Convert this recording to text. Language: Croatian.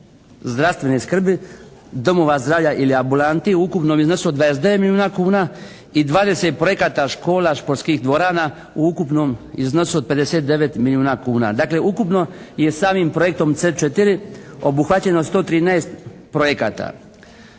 zdravstvene skrbi domova zdravlja ili ambulanti u ukupnom iznosu od 29 milijuna kuna i 20 projekata škola, športskih dvorana u ukupnom iznosu od 59 milijuna kuna. Dakle ukupno je samim projektom C4 obuhvaćeno 113 projekata.